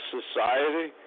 society